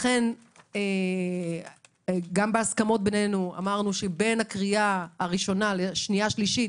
לכן גם בהסכמות בינינו אמרנו שבין הקריאה הראשונה לשנייה שלישית